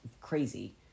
crazy